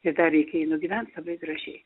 ir dar reikia jį nugyvent labai gražiai